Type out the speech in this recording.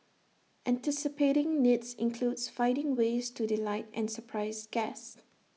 anticipating needs includes finding ways to delight and surprise guests